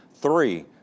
Three